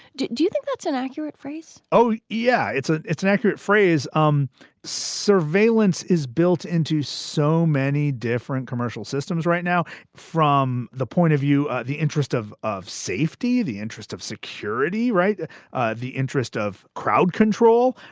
do do you think that's an accurate phrase? oh, yeah, it's a it's an accurate phrase. um surveillance is built into so many different commercial systems right now from the point of view, ah the interest of of safety. the interest of security. right ah the interest of crowd control.